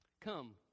Come